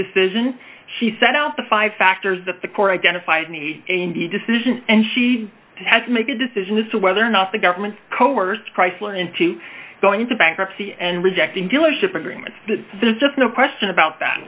decision she set out the five factors that the court identified in the decision and she had to make a decision as to whether or not the government coerced chrysler into going into bankruptcy and rejecting dealership agreements that there's just no question about that